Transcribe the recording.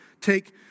take